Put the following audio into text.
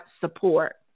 support